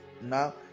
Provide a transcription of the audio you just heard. Now